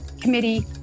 committee